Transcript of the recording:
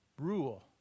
rule